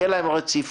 תהיה להן רציפות,